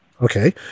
Okay